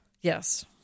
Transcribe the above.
yes